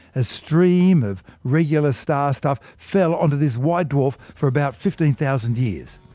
a stream of regular star stuff fell onto this white dwarf for about fifteen thousand years.